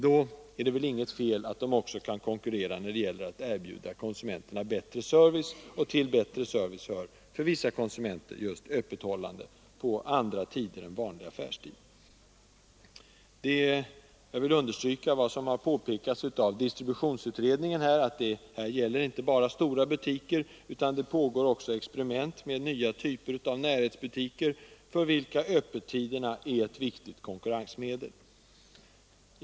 Då är det väl inget fel att de också kan konkurrera när det gäller att erbjuda konsumenterna bättre service — och till bättre service hör för vissa konsumenter just öppethållande på andra tider än vanlig affärstid. Jag vill understryka vad som har påpekats av distributionsutredningen, nämligen att det här inte bara gäller stora butiker utan att det också pågår experiment med nya typer av närhetsbutiker, för vilka öppethållandetiderna är ett viktigt konkurrensmedel.